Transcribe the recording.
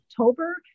October